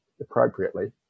appropriately